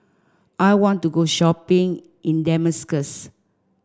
I want to go shopping in Damascus